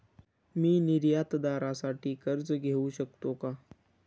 मी निर्यातदारासाठी कर्ज घेऊ शकतो का?